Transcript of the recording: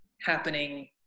happening